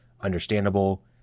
understandable